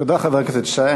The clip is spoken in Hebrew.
תודה, חבר הכנסת שי.